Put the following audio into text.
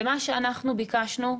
מה שאנחנו ביקשנו,